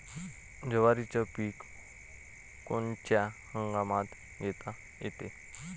जवारीचं पीक कोनच्या हंगामात घेता येते?